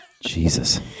Jesus